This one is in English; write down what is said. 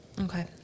Okay